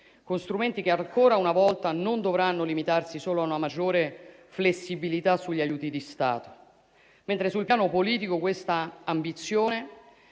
con strumenti che ancora una volta non dovranno limitarsi solo a una maggiore flessibilità sugli aiuti di Stato, mentre sul piano politico questa ambizione